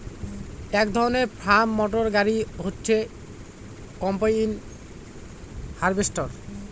এক ধরনের farm motor গাড়ি হচ্ছে কম্বাইন হার্ভেস্টর